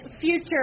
future